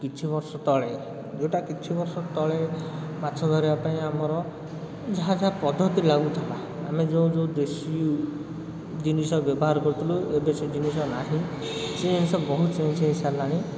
କିଛି ବର୍ଷ ତଳେ ଯେଉଁଟା କିଛି ବର୍ଷ ତଳେ ମାଛ ଧରିବାପାଇଁ ଆମର ଯାହା ଯାହା ପଦ୍ଧତି ଲାଗୁଥିଲା ଆମେ ଯେଉଁ ଯେଉଁ ଦେଶୀ ଜିନିଷ ବ୍ୟବହାର କରୁଥିଲୁ ଏବେ ସେ ଜିନିଷ ନାହିଁ ସେ ଜିନିଷ ବହୁତ ଚେଞ୍ଜ୍ ହେଇସାରିଲାଣି